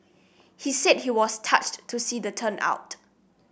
he said he was touched to see the turnout